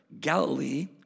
Galilee